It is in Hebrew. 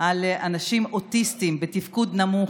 על אנשים אוטיסטים בתפקוד נמוך.